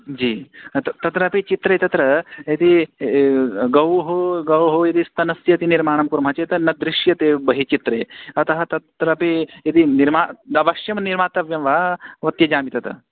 जी तत् तत्रापि चित्रे तत्र यदि गौः गौः इति स्तनस्य इति निर्माणं कुर्मः चेत् न दृश्यते एव बहिः चित्रे अतः तत्रापि यदि निर्मा अवश्यं निर्मातव्यं वा त्यजामि तत्